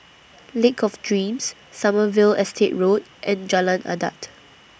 Lake of Dreams Sommerville Estate Road and Jalan Adat